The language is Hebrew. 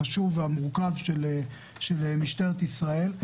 החשוב והמורכב של משטרת ישראל.